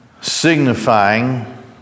signifying